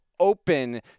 open